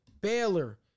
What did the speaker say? Baylor